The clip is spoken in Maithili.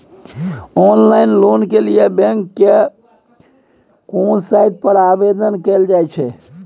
ऑनलाइन लोन के लिए बैंक के केना साइट पर आवेदन कैल जाए छै?